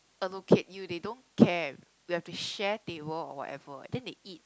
allocate you they don't care we have to share table or whatever then they eat